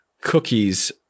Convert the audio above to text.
cookies